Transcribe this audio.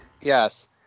Yes